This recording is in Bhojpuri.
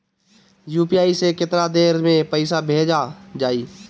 यू.पी.आई से केतना देर मे पईसा भेजा जाई?